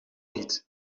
niet